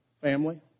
family